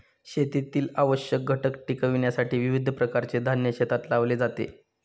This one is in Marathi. शेतीतील आवश्यक घटक टिकविण्यासाठी विविध प्रकारचे धान्य शेतात लावले जाते